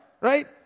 Right